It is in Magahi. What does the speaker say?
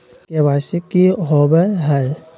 के.वाई.सी की हॉबे हय?